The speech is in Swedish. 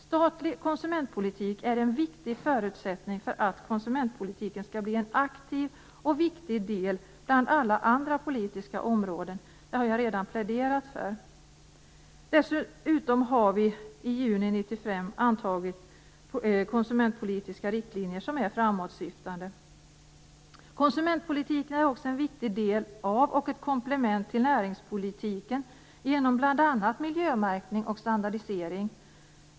Statlig konsumentpolitik är en viktig förutsättning för att konsumentpolitiken skall bli en aktiv och viktig del bland alla andra politiska områden, vilket jag redan har pläderat för. I juni 1995 antogs konsumentpolitiska riktlinjer som är framåtsyftande. Konsumentpolitiken är också en viktig del av och ett komplement till näringspolitiken genom bl.a. miljömärkning och standardisering.